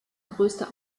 größte